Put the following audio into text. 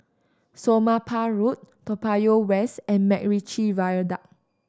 Somapah Road Toa Payoh West and MacRitchie Viaduct